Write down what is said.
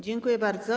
Dziękuję bardzo.